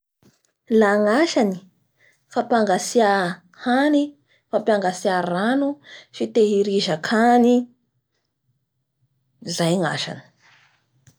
Ny ilaiva ny vata fampangatsiahy io zany dafa hampagnatsiahitegna hany sy ny raha maro karazany, ny rano, ny voakazo.